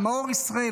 "מאור ישראל",